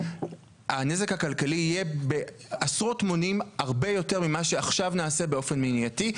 הנזק הכלכלי יהיה בעשרות מונים הרבה יותר ממה שעכשיו נעשה באופן מניעתי,